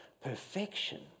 perfection